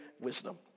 wisdom